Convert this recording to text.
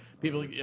People